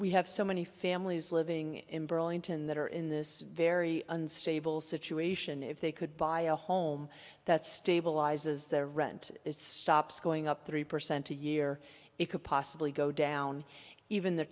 we have so many families living in burlington that are in this very unstable situation if they could buy a home that stabilizes their rent it stops going up three percent a year it could possibly go down even the